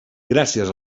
gràcies